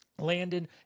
Landon